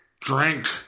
drink